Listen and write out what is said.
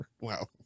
Wow